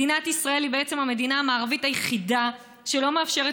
מדינת ישראל היא בעצם המדינה המערבית היחידה שלא מאפשרת